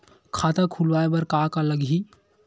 खाता खुलवाय बर का का लगही?